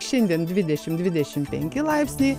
šiandien dvidešim dvidešim penki laipsniai